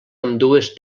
ambdues